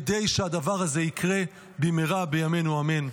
כדי שהדבר הזה יקרה במהרה בימינו אמן.